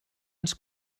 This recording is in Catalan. ens